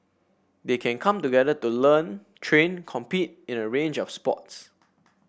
they can come together to learn train compete in a range of sports